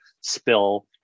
spill